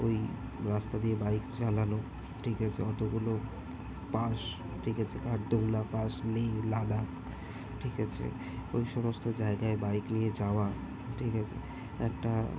ওই রাস্তা দিয়ে বাইক চালানো ঠিক আছে অতগুলো পাস ঠিক আছে খারদুংলা পাস লেহ লাদাখ ঠিক আছে ওই সমস্ত জায়গায় বাইক নিয়ে যাওয়া ঠিক আছে একটা